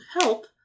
help